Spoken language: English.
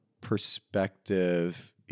perspective